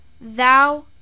Thou